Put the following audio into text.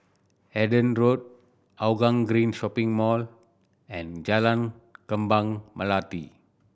Hendon Road Hougang Green Shopping Mall and Jalan Kembang Melati